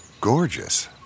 gorgeous